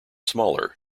smaller